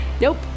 nope